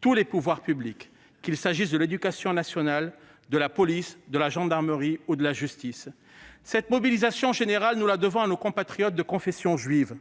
tous les pouvoirs publics, qu'il s'agisse de l'éducation nationale, de la police, de la gendarmerie ou de la justice. Cette mobilisation générale, nous la devons à nos compatriotes de confession juive.